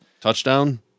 Touchdown